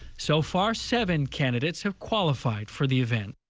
so far seven candidates have qualified for the event.